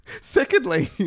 secondly